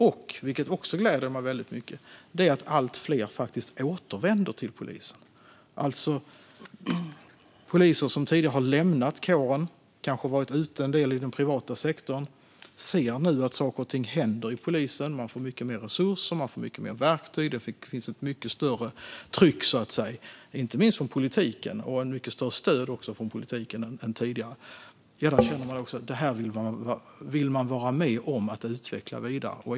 Något som också gläder mig väldigt mycket är att allt fler faktiskt återvänder till polisen. Poliser som tidigare har lämnat kåren och kanske varit ute en del i den privata sektorn ser nu att saker och ting händer hos polisen. Man får mycket mer resurser och verktyg, det finns ett mycket större tryck inte minst från politiken och även ett mycket större stöd från politiken än tidigare. Då känner man att man vill vara med och utveckla detta vidare.